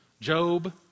Job